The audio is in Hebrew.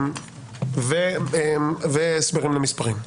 הסברים למספרים.